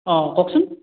অঁ কওকচোন